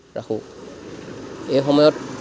ৰাখোঁ এই সময়ত